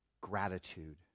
gratitude